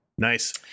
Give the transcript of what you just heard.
Nice